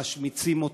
משמיצים אותה,